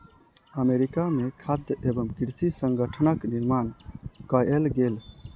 America में खाद्य एवं कृषि संगठनक निर्माण कएल गेल